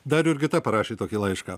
dar jurgita parašė tokį laišką